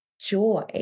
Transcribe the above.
joy